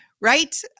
right